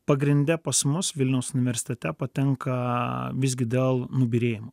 pagrinde pas mus vilniaus universitete patenka visgi dėl nubyrėjimo